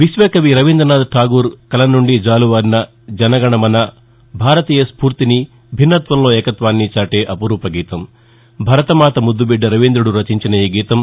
విశ్వకవి రవీందనాధ్ ఠాగూర్ కలం నుండి జాలువారిన జనగణమన భారతీయ స్పూర్తిని భిన్నత్వంలో ఏకత్వాన్ని చాటే అపురూప గీతం భరతమాత ముద్దు బీడ్ల రవీందుడు రచించిన ఈ గీతం